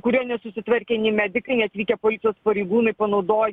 kurio nesusitvarkė nei medikai nei atvykę policijos pareigūnai panaudoję